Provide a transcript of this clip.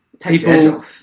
People